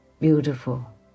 beautiful